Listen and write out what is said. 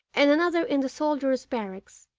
and another in the soldiers' barracks,